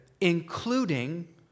Including